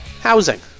housing